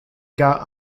got